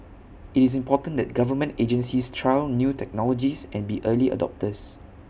IT is important that government agencies try new technologies and be early adopters